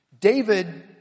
David